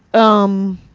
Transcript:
um,